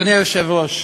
אדוני היושב-ראש,